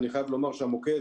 אני חייב לומר שהמוקד